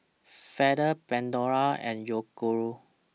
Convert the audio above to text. Feather Pandora and Yoguru